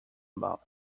about